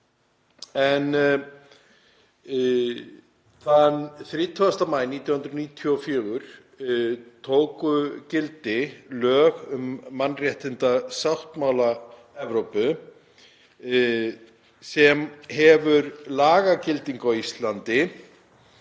Þann 30. maí 1994 tóku gildi lög um mannréttindasáttmála Evrópu, sem hefur lagagildi á Íslandi,